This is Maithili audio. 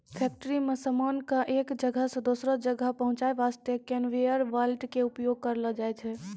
फैक्ट्री मॅ सामान कॅ एक जगह सॅ दोसरो जगह पहुंचाय वास्तॅ कनवेयर बेल्ट के उपयोग करलो जाय छै